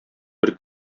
бер